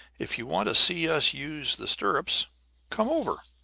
if you want to see us use the stirrups come over.